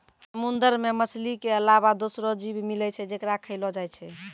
समुंदर मे मछली के अलावा दोसरो जीव मिलै छै जेकरा खयलो जाय छै